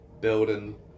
building